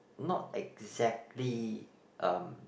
not exactly um